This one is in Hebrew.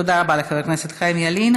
תודה רבה לחבר הכנסת חיים ילין.